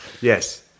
Yes